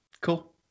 cool